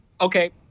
Okay